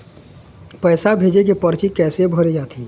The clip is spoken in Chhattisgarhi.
पैसा भेजे के परची कैसे भरे जाथे?